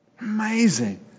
Amazing